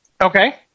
Okay